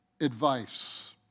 advice